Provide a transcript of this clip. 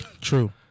True